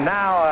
now